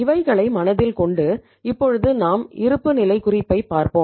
இவைகளை மனதில் கொண்டு இப்பொழுது நாம் இருப்புநிலை குறிப்பை பார்ப்போம்